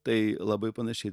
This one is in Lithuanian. tai labai panašiai